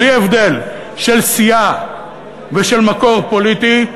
בלי הבדל של סיעה ושל מקור פוליטי,